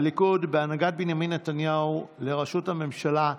הליכוד בהנהגת בנימין נתניהו לראשות הממשלה.